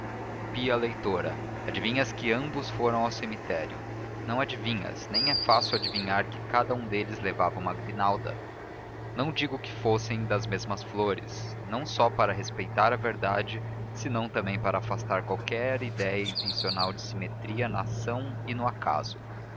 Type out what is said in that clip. pia leitora adivinhas que ambos foram ao cemitério não adivinhas nem é fácil adivinhar que cada um deles levava uma grinalda não digo que fossem das mesmas flores não só para respeitar a verdade senão também para afastar qualquer ideia intencional de simetria na ação e no acaso